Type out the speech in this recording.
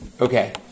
Okay